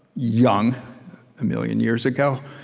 young a million years ago,